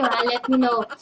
going to make